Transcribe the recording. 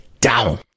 down